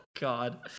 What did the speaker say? God